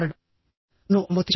నన్ను అనుమతించండి